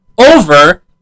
over